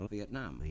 Vietnam